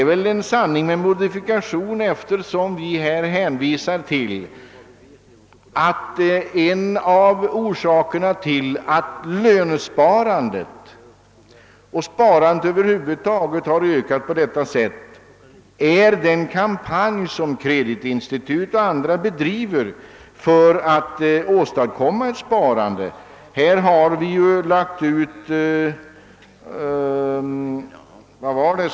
Det är en sanning med modifikation, eftersom vi hänvisar till att en av orsakerna till att lönsparandet, liksom sparandet över huvud taget, har ökat på detta sätt är den kampanj, som kreditinstitut och andra organ bedriver för att åstadkomma ett sparande.